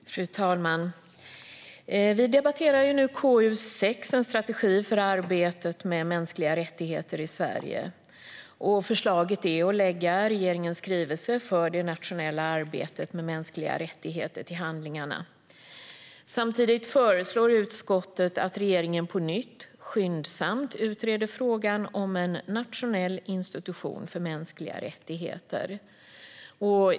Fru talman! Vi debatterar nu betänkande KU6 En strategi för arbetet med mänskliga rättigheter i Sverige . Förslaget är att lägga skrivelsen Regeringens strategi för det nationella arbetet med mänskliga rättigheter till handlingarna. Samtidigt föreslår utskottet att regeringen på nytt och skyndsamt utreder frågan om en nationell institution för mänskliga rättigheter.